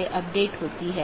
या समाप्त होता है